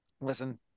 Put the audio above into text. listen